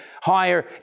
higher